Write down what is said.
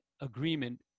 agreement